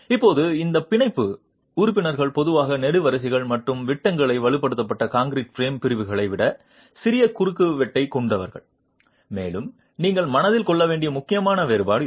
இப்போது இந்த பிணைப்பு உறுப்பினர்கள் பொதுவாக நெடுவரிசைகள் மற்றும் விட்டங்களின் வலுவூட்டப்பட்ட கான்கிரீட் பிரேம் பிரிவுகளை விட சிறிய குறுக்குவெட்டைக் கொண்டவர்கள் மேலும் நீங்கள் மனதில் கொள்ள வேண்டிய முக்கியமான வேறுபாடு இது